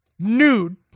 nude